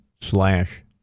slash